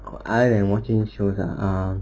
other than watching shows ah uh